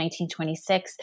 1926